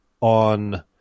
on